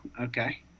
Okay